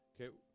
Okay